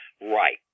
right